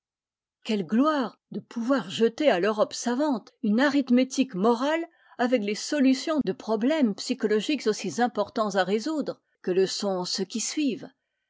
quelle gloire de pouvoir jeter à l'europe savante une arithmétique morale avec les solutions de problèmes psychologiques aussi importants à résoudre que le sont ceux qui suivent